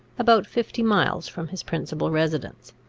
about fifty miles from his principal residence.